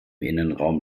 innenraum